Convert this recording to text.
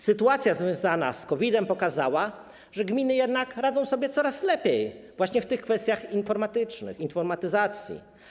Sytuacja związana z COVID-em pokazała, że gminy jednak radzą sobie coraz lepiej, właśnie w tych kwestiach informatycznych, informatyzacji.